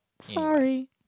Sorry